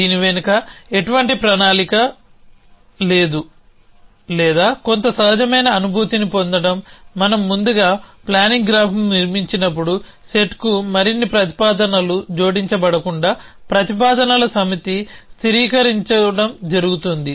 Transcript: దీని వెనుక ఎటువంటి ప్రణాళిక లేదు లేదా కొంత సహజమైన అనుభూతిని పొందడం మనం ముందుగా ప్లానింగ్ గ్రాఫ్ను నిర్మించినప్పుడు సెట్కు మరిన్ని ప్రతిపాదనలు జోడించబడకుండా ప్రతిపాదనల సమితి స్థిరీకరించ బడుతుంది